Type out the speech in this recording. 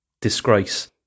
disgrace